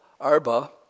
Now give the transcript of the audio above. Arba